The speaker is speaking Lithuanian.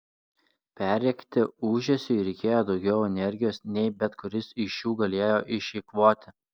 perrėkti ūžesiui reikėjo daugiau energijos nei bet kuris iš jų galėjo išeikvoti